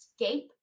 escape